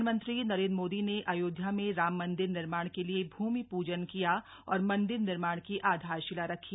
प्रधानमंत्री नरेन्द्र मोदी ने अयोध्या में राम मन्दिर निर्माण के लिए भूमि पूजन किया और मन्दिर निर्माण की आधारशिला रखी